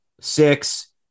six